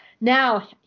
Now